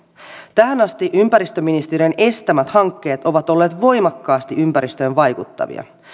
tähän asti ympäristöministeriön estämät hankkeet ovat olleet voimakkaasti ympäristöön vaikuttavia